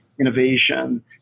innovation